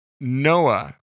Noah